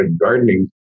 gardening